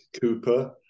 cooper